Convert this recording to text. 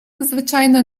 звичайно